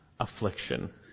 affliction